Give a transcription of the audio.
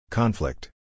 Conflict